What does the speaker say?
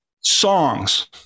Songs